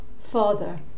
Father